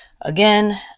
Again